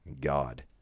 god